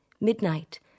Midnight